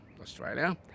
Australia